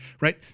right